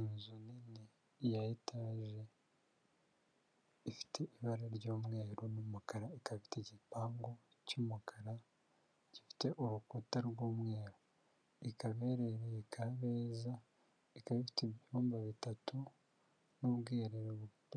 Inzu nini ya etage ifite ibara ry'umweru n'umukara, ikaba ifite igipangu cy'umukara gifite urukuta rw'umweru, ikaba iherere irereye Kabeza ikaba ifite ibyumba bitatu, n'ubwiherero